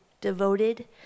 devoted